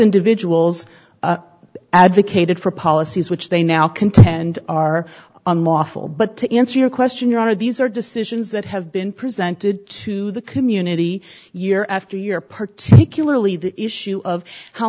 individuals advocated for policies which they now contend are unlawful but to answer your question your honor these are decisions that have been presented to the community year after year particularly the issue of how